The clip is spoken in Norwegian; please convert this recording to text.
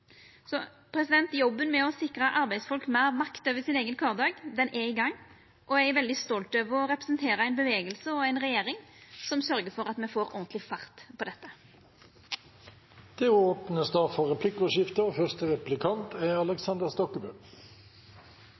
Jobben med å sikra arbeidsfolk meir makt over sin eigen kvardag er i gang. Eg er veldig stolt over å representera ein bevegelse og ei regjering som sørgjer for at me får ordentlig fart på dette. Det blir replikkordskifte. Vi deler målet om mest mulig stabilitet i arbeidslivet, flest mulig fast ansatte og